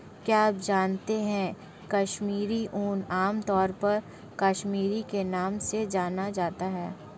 क्या आप जानते है कश्मीरी ऊन, आमतौर पर कश्मीरी के नाम से जाना जाता है?